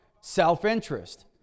self-interest